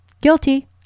Guilty